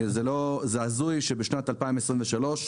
זה הזוי שבשנת 2023,